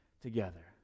together